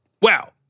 Wow